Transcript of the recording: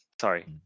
Sorry